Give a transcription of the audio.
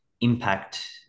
impact